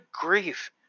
grief